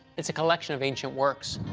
it's a collection of ancient works.